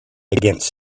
against